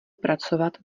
pracovat